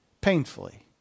painfully